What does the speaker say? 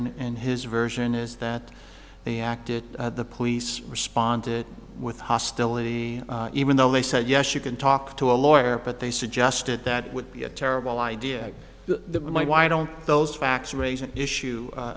lawyer and his version is that they acted the police responded with hostility even though they said yes you can talk to a lawyer but they suggested that it would be a terrible idea to my why don't those facts raise an issue